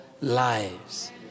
lives